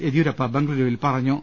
യെദ്യൂരപ്പ ബംഗളുരുവിൽ പറഞ്ഞു